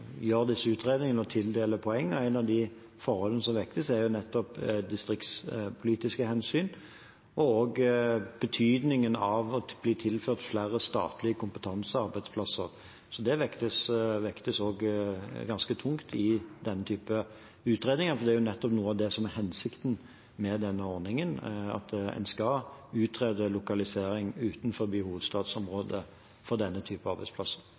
gjør disse utredningene og tildeler poeng. Et av de forholdene som vektes, er nettopp distriktspolitiske hensyn og betydningen av at det blir tilført flere statlige kompetansearbeidsplasser. Det vektes ganske tungt i denne typen utredninger, for noe av det som nettopp er hensikten med ordningen, er at en skal utrede lokalisering utenfor hovedstadsområdet for denne typen arbeidsplasser.